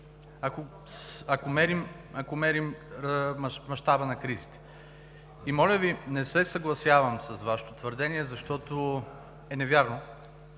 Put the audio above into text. ако мерим мащаба на кризата. Моля Ви, не се съгласявам с Вашето твърдение, защото е невярно